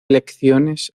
elecciones